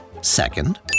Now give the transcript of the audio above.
Second